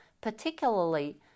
particularly